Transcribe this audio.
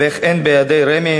ואיך אין בידי רמ"י,